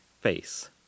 face